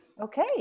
Okay